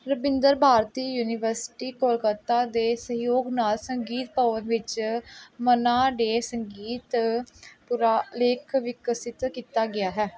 Rabindra Bharati university Calcutta ਦੇ ਸਹਿਯੋਗ ਨਾਲ ਸੰਗੀਤ ਭਵਨ ਵਿੱਚ ਮੰਨਾ ਡੇ ਸੰਗੀਤ ਪੁਰਾਲੇਖ ਵਿਕਸਿਤ ਕੀਤਾ ਗਿਆ ਹੈ